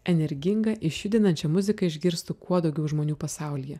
energingą išjudinančią muziką išgirstų kuo daugiau žmonių pasaulyje